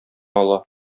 ала